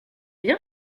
bien